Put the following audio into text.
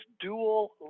dual